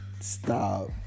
stop